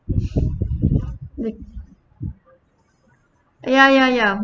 ya ya ya